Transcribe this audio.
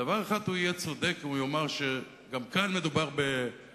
בדבר אחד הוא יהיה צודק אם הוא יאמר שגם כך מדובר ב-foreplay,